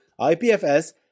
ipfs